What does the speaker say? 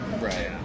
Right